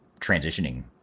transitioning